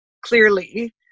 clearly